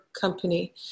Company